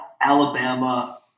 Alabama